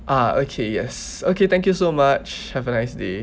ah okay yes okay thank you so much have a nice day